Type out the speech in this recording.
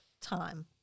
time